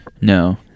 No